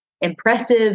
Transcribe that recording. impressive